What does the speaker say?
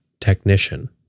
technician